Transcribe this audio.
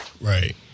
Right